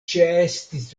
ĉeestis